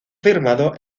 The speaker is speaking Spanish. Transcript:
firmado